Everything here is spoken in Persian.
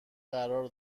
قرار